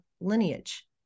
lineage